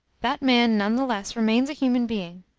that man none the less remains a human being.